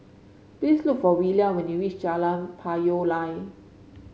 please look for Willia when you reach Jalan Payoh Lai